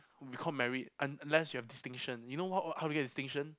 they call merit un~ unless you have distinction you know what how to get distinction